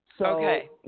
Okay